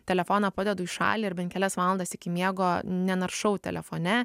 telefoną padedu į šalį ir bent kelias valandas iki miego nenaršau telefone